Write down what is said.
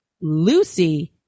Lucy